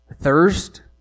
thirst